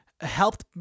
helped